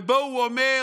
ובו הוא אומר